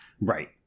Right